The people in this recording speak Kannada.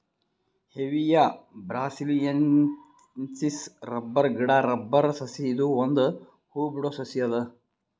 ಹೆವಿಯಾ ಬ್ರಾಸಿಲಿಯೆನ್ಸಿಸ್ ರಬ್ಬರ್ ಗಿಡಾ ರಬ್ಬರ್ ಸಸಿ ಇದು ಒಂದ್ ಹೂ ಬಿಡೋ ಸಸಿ ಅದ